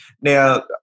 Now